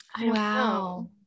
wow